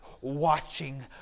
watching